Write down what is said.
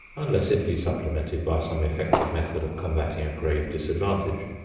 unless it be supplemented by some effective method of combating a grave disadvantage.